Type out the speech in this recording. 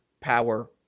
power